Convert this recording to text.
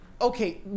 Okay